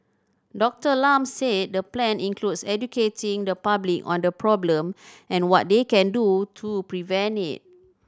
Doctor Lam said the plan includes educating the public on the problem and what they can do to prevent it